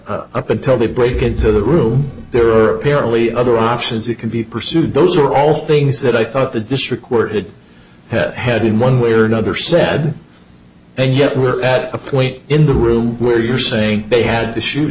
escape up until they break into the room there are apparently other options he could be pursued those are all things that i thought the district where it had headed one way or another said and yet we're at a point in the room where you're saying they had to shoot